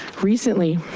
recently,